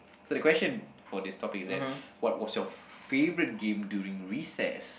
so the question for this topic is that what was your favorite game during recess